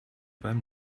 beim